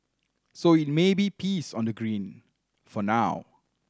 so it may be peace on the green for now